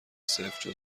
صفر